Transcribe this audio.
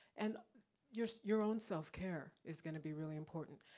and your your own self-care is gonna be really important.